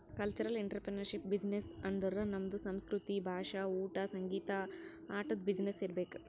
cultural entrepreneurship business ಅಂದುರ್ ನಮ್ದು ಸಂಸ್ಕೃತಿ, ಭಾಷಾ, ಊಟಾ, ಸಂಗೀತ, ಆಟದು ಬಿಸಿನ್ನೆಸ್ ಇರ್ಬೇಕ್